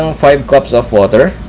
um five cups of water.